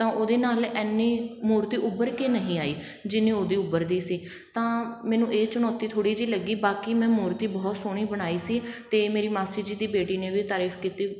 ਤਾਂ ਉਹਦੇ ਨਾਲ ਐਨੀ ਮੂਰਤੀ ਉੱਭਰ ਕੇ ਨਹੀਂ ਆਈ ਜਿੰਨੀ ਉਹਦੀ ਉੱਭਰਦੀ ਸੀ ਤਾਂ ਮੈਨੂੰ ਇਹ ਚੁਣੌਤੀ ਥੋੜ੍ਹੀ ਜਿਹੀ ਲੱਗੀ ਬਾਕੀ ਮੈਂ ਮੂਰਤੀ ਬਹੁਤ ਸੋਹਣੀ ਬਣਾਈ ਸੀ ਅਤੇ ਮੇਰੀ ਮਾਸੀ ਜੀ ਦੀ ਬੇਟੀ ਨੇ ਵੀ ਤਾਰੀਫ ਕੀਤੀ